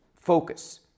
focus